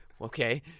Okay